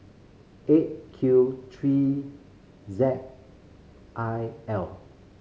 Eight Q three Z I L